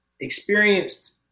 experienced